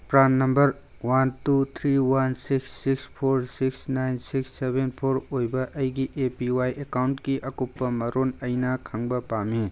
PRAN number one two three ꯌꯥꯟ six six four six nine six seven four ꯑꯣꯏꯕ ꯑꯩꯒꯤ A P Y ꯑꯦꯀꯥꯎꯟꯒꯤ ꯑꯀꯨꯞꯄ ꯃꯔꯣꯟ ꯑꯩꯅ ꯈꯪꯕ ꯄꯥꯝꯃꯤ